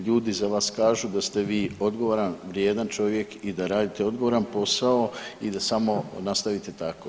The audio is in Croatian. Ljudi za vas kažu da ste vi odgovoran, vrijedan čovjek i da radite odgovoran posao i da samo nastavite tako.